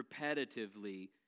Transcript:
repetitively